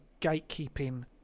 gatekeeping